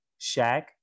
Shaq